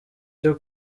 cyo